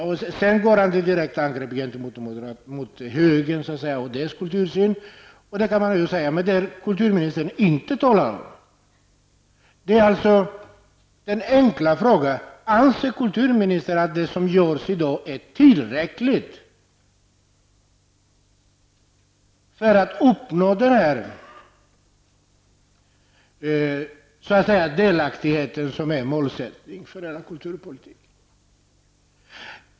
Därefter går kulturministern till direkt angrepp mot högern och dess kultursyn. Men kulturministern säger inte något annat. Min enkla fråga är: Anser kulturministern att det som görs i dag är tillräckligt för att uppnå den delaktighet som är målsättningen för denna kulturpolitik?